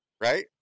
Right